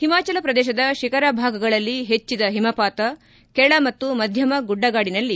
ಹಿಮಾಚಲ ಪ್ರದೇಶದ ಶಿಖರ ಭಾಗಗಳಲ್ಲಿ ಹೆಚ್ಚಿದ ಹಿಮಪಾತ ಕೆಳ ಮತ್ತು ಮಧ್ತಮ ಗುಡ್ಡಗಾಡಿನಲ್ಲಿ ಮಳೆ